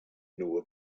nor